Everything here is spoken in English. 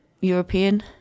European